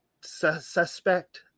suspect